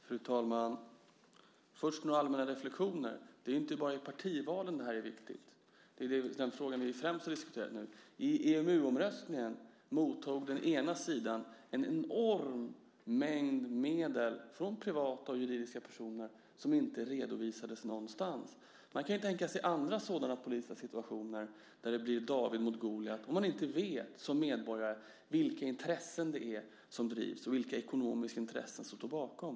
Fru talman! Först några allmänna reflexioner. Det är inte bara i partivalen det här är viktigt även om det är den fråga som vi främst diskuterar nu. I EMU-omröstningen mottog den ena sidan en enorm mängd medel från privata och juridiska personer som inte redovisades någonstans. Man kan tänka sig andra sådana politiska situationer där det blir David mot Goliat och där vi som medborgare inte vet vilka intressen det är som drivs och vilka ekonomiska intressen som står bakom.